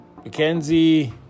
McKenzie